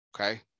Okay